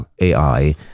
AI